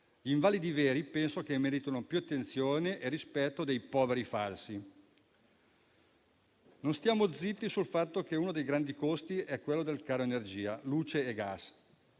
gli invalidi veri meritino più attenzione e rispetto dei poveri falsi. Non stiamo zitti sul fatto che uno dei grandi costi è quello del caro energia (luce e gas).